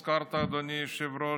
הזכרת, אדוני היושב-ראש,